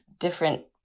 different